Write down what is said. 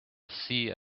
see